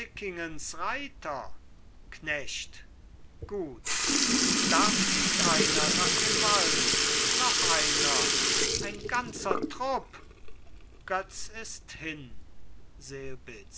reiter knecht gut da flieht einer nach dem wald noch einer ein ganzer trupp götz ist hin